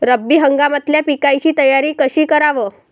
रब्बी हंगामातल्या पिकाइची तयारी कशी कराव?